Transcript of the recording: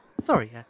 sorry